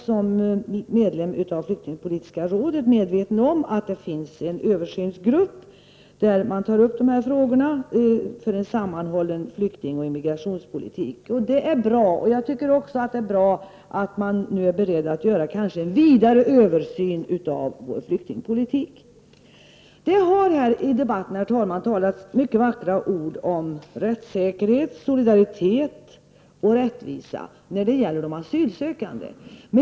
Som medlem i flyktingpolitiska rådet är jag medveten om att det finns en översynsgrupp där denna fråga skall tas upp för en sammanhållen flyktingoch immigrationspolitik. Det är bra. Jag tycker också det är bra att man nu är beredd att göra en vidare översyn av vår flyktingpolitik. Det har i debatten, herr talman, sagts många vackra ord om rättssäkerhet, solidaritet och rättvisa när de gäller de asylsökande.